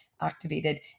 activated